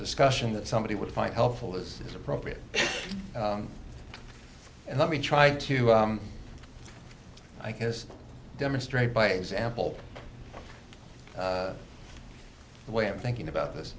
discussion that somebody would find helpful as is appropriate and let me try to i guess demonstrate by example the way i'm thinking about this